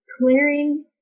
clearing